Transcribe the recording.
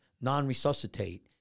non-resuscitate